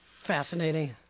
Fascinating